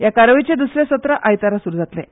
हे कार्यावळीचें द्सरें सत्र आयतारा सुरू जातलें